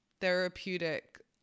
therapeutic